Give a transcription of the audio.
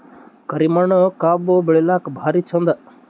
ಕರಿ ಮಣ್ಣು ಕಬ್ಬು ಬೆಳಿಲ್ಲಾಕ ಭಾರಿ ಚಂದ?